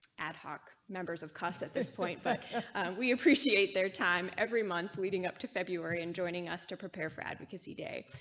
ad hoc members of cuss at this point, but we appreciate their time every month leading up to february and joining us to prepare for advocacy day,